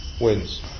wins